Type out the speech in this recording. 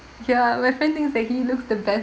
ya my friend thinks that he looks the best